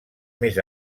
més